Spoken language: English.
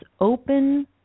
open